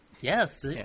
Yes